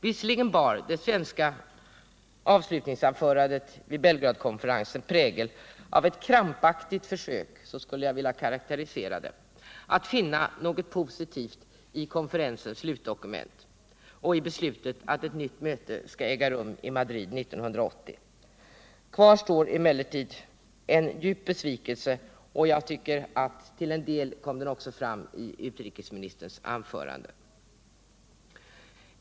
Visserligen bar det svenska avslutningsanförandet vid Belgradkonferensen prägel av ett krampaktigt försök, så skulle jag vilja karaktärisera det, att finna något positivt i konferensens slutdokument och i beslutet att ett nytt möte skall äga rum i Madrid 1980. Kvar står emellertid en djup besvikelse. Jag tycker också att den till en del kom fram i utrikesministerns anförande.